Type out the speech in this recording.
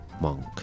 Monk